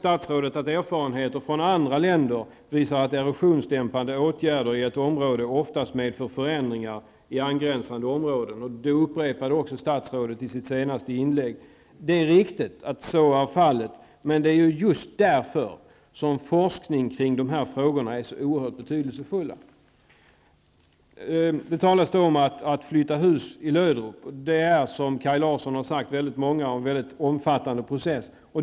Statsrådet säger i svaret: ''Erfarenheter från andra länder visar att erosionsdämpande åtgärder i ett område oftast medför förändringar i angränsande områden.'' Detta upprepade statsrådet i sitt senaste inlägg. Ja, det är riktigt att så varit fallet. Men det är just därför som forskningen kring de här frågorna är oerhört betydelsefull. Det talas om en flyttning av hus i Löderup. Men det är, som Kaj Larsson sade, fråga om väldigt mycket i det sammanhanget, om en mycket omfattande process.